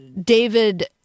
david